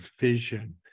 vision